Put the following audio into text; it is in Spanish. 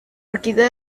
orquídea